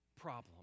problem